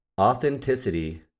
Authenticity